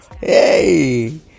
hey